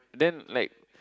then like